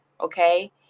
okay